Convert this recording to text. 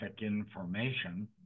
information